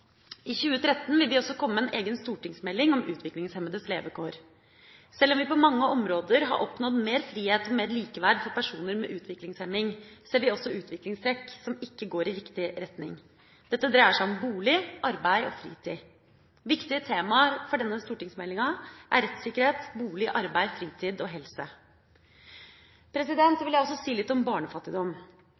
I 2013 vil vi også komme med en egen stortingsmelding om utviklingshemmedes levekår. Selv om vi på mange områder har oppnådd mer frihet og mer likeverd for personer med utviklingshemning, ser vi også utviklingstrekk som ikke går i riktig retning. Dette dreier seg om bolig, arbeid og fritid. Viktige temaer for denne stortingsmeldinga er rettssikkerhet, bolig, arbeid, fritid og helse. Jeg vil også si litt om barnefattigdom.